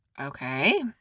Okay